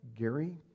Gary